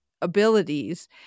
abilities